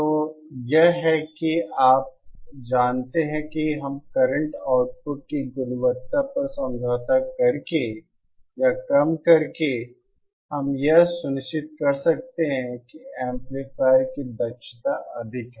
तो यह है कि आप जानते हैं कि हम करंट आउटपुट की गुणवत्ता पर समझौता करके या कम करके हम यह सुनिश्चित कर सकते हैं कि एम्पलीफायर की दक्षता अधिक है